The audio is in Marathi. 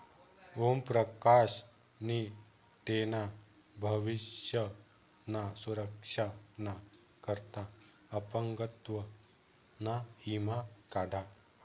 ओम प्रकाश नी तेना भविष्य ना सुरक्षा ना करता अपंगत्व ना ईमा काढा